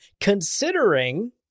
considering